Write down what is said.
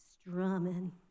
strumming